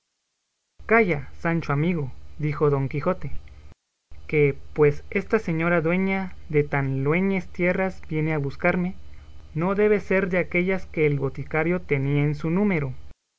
calla sancho amigo dijo don quijote que pues esta señora dueña de tan lueñes tierras viene a buscarme no debe ser de aquellas que el boticario tenía en su número